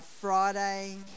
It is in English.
Friday